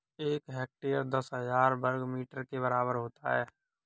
एक हेक्टेयर दस हजार वर्ग मीटर के बराबर होता है